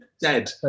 Dead